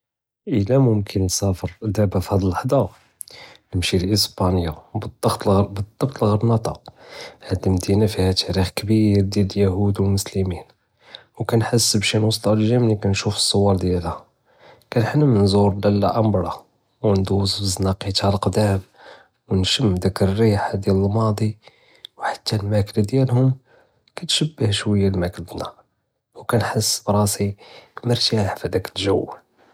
אִלא מֻמְכִּן נְסַאפֶר דבּא פהאד׳ לַחְ׳טַה נִמשִי לסְבַּאנִיַא בַּדְ׳בּט ע׳רְנַאטַה، האד לְמדִינַה פִיהַא תַארִיח כְּבִּיר דִיַאל אליהוּד ואלמסלמִין، וּכנְחס בּשי נוסְטַלְגִי מלִי כּנְשוּף צוַּור דִיַאלְהַא כּנְחְלַם נְזוּר לַלַה אִמבְּרַא וּנדּוּז פזַנְקּתִיהַא לְקּדַּאם, ונְשְׁם רִיחַא דִיַאל אלמַאדִי, וּחתּא אלמַאכְּלַה דִיַאלְהוּם כִּתְשְׁבַּה שׁוּיַא למַכְּלַתְנַא וּכנְחס בּראסִי מֻרְתַאח פדַאק ג׳וּ.